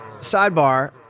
Sidebar